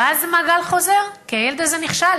ואז זה מעגל חוזר, כי הילד הזה נכשל.